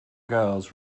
girls